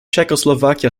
czechoslovakia